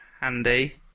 handy